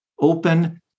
Open